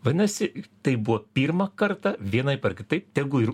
vadinasi taip buvo pirmą kartą vienaip ar kitaip tegu ir